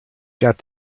got